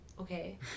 okay